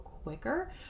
quicker